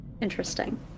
Interesting